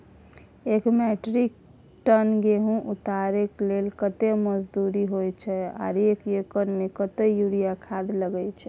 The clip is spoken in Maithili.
एक मेट्रिक टन गेहूं उतारेके कतेक मजदूरी होय छै आर एक एकर में कतेक यूरिया खाद लागे छै?